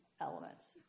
elements